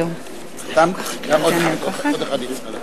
(חותמת על ההצהרה)